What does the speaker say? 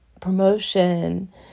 promotion